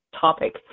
topic